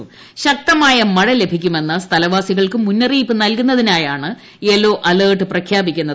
മഴ ശക്തമായ ലഭിക്കുമെന്ന് സ്ഥലവാസികൾക്ക് മുന്നറിയിപ്പ് നൽകുന്നതിനായാണ് യെല്ലോ അലെർട്ട് പ്രഖ്യാപിക്കുന്നത്